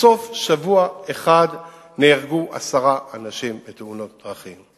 בסוף שבוע אחד נהרגו עשרה אנשים בתאונות דרכים: